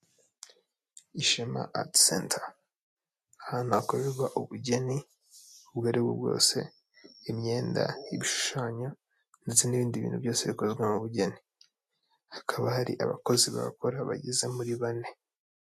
Ishema ati senta ahantu hakorerwa ubugeni ubwo aribwo bwose, imyenda y'ibishushanyo ndetse n'ibindi bintu byose bikozwe mu bugeni, hakaba hari abakozi bahakora bageze muri bane.